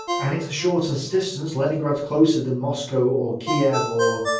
and it's the shortest distance, leningrad's closer than moscow or kiev or